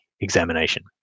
examination